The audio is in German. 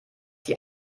die